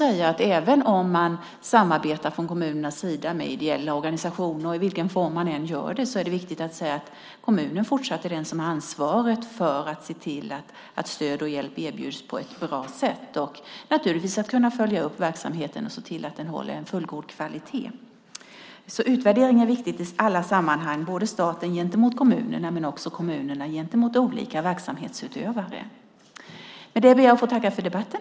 Även om man från kommunernas sida samarbetar med ideella organisationer och i vilken form man än gör det är det viktigt att säga att kommunen fortsatt är den som har ansvaret för att se till att stöd och hjälp erbjuds på ett bra sätt och naturligtvis för att kunna följa upp verksamheten och se till att den håller en fullgod kvalitet. Utvärdering är viktigt i alla sammanhang, både när det gäller staten gentemot kommunerna och kommunerna gentemot olika verksamhetsutövare. Med det ber jag att få tacka för debatten.